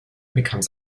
becomes